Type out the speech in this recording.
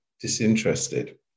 disinterested